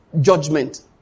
judgment